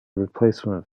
replacement